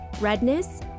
redness